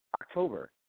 October